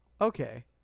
okay